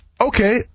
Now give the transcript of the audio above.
Okay